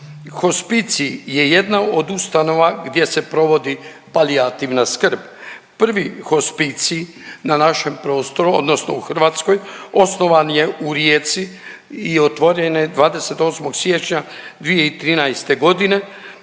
Hospicij je jedna od ustanova gdje se provodi palijativna skrb. Prvi hospicij na našem prostoru odnosno u Hrvatskoj osnovan je u Rijeci i otvoren je 28. siječnja 2013.g.